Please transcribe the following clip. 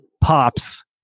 pops